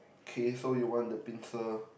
okay so you want the pincer